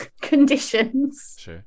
conditions